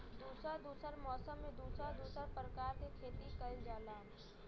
दुसर दुसर मौसम में दुसर दुसर परकार के खेती कइल जाला